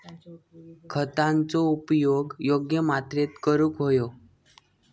खतांचो उपयोग योग्य मात्रेत करूक व्हयो